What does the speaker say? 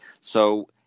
So-